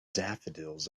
daffodils